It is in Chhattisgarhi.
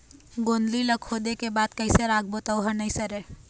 गोंदली ला खोदे के बाद कइसे राखबो त ओहर नई सरे?